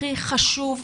שהכי-הכי חשוב לי,